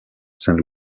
saint